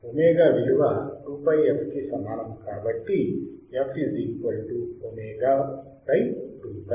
omega విలువ 2 π f కి సమానము కాబట్టి fw2π